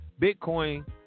Bitcoin